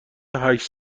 هشت